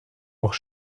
auch